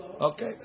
Okay